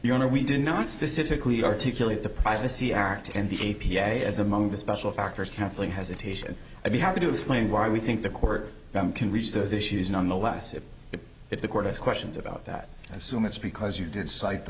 your honor we did not specifically articulate the privacy act and the a p a as among the special factors counseling hesitation i'd be happy to explain why we think the court can reach those issues nonetheless if the court has questions about that so much because you did cite the